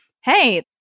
hey